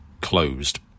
closed